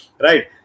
right